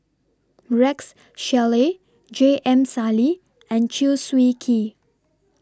Rex Shelley J M Sali and Chew Swee Kee